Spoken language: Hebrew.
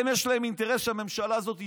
הם יש להם אינטרס שהממשלה הזאת תימשך,